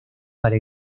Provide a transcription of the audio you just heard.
para